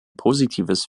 positives